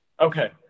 okay